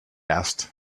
asked